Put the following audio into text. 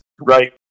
Right